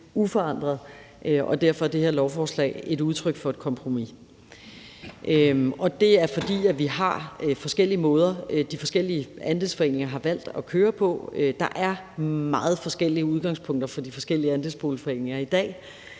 uforandret. Derfor er det her lovforslag et udtryk for et kompromis, og det er, fordi vi har forskellige måder, de forskellige andelsforeninger har valgt at køre på. Der er meget forskellige udgangspunkter for de forskellige andelsboligforeninger i dag.